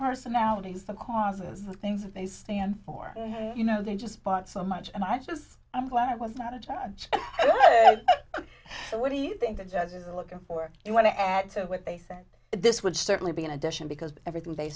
personalities the causes the things that they stand for you know they just bought so much and i just i'm glad i was not a judge so what do you think the judges are looking for you want to add to what they said this would certainly be in addition because everything they